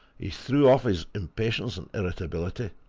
he threw off his impatience and irritability,